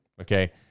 Okay